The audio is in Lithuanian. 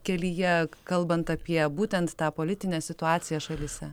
kelyje kalbant apie būtent tą politinę situaciją šalyse